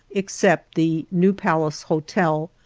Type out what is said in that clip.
except the new palace hotel,